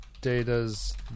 data's